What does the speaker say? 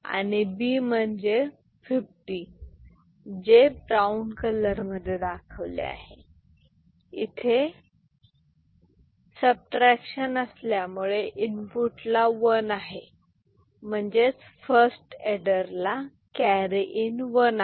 आणि B म्हणजे 50 जे ब्राऊन कलर मध्ये दाखवले आहे इथे सबट्रॅक्शन असल्यामुळे इनपुट ला वन आहे म्हणजे फर्स्ट एडरला कॅरी इन वन आहे